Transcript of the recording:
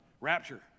rapture